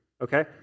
okay